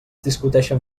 discuteixen